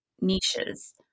niches